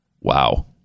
Wow